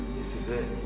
this is it.